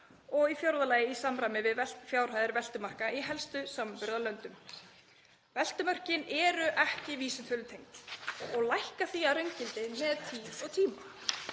4. Í samræmi við fjárhæðir veltumarka í helstu samanburðarlöndum. Veltumörkin eru ekki vísitölutengd og lækka því að raungildi með tíð og tíma.